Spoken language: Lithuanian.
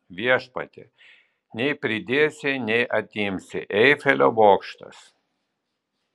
viešpatie nei pridėsi nei atimsi eifelio bokštas